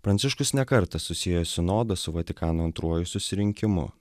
pranciškus ne kartą susiejo sinodą su vatikano antruoju susirinkimu